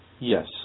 Yes